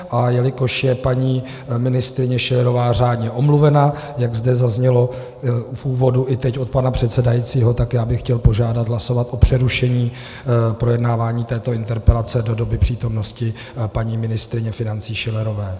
A jelikož je paní ministryně Schillerová řádně omluvena, jak zde zaznělo v úvodu a i teď od pana předsedajícího, tak bych chtěl požádat o hlasování o přerušení projednávání této interpelace do doby přítomnosti paní ministryně financí Schillerové.